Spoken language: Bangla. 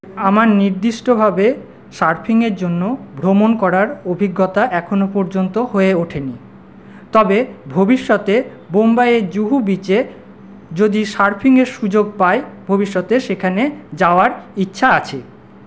আমার নির্দিষ্টভাবে সার্ফিংয়ের জন্য ভ্রমণ করার অভিজ্ঞতা এখনও পর্যন্ত হয়ে ওঠেনি তবে ভবিষ্যতে বোম্বাইয়ের জুহু বিচে যদি সার্ফিংয়ের সুযোগ পাই ভবিষ্যতে সেখানে যাওয়ার ইচ্ছা আছে